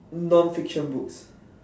non fiction books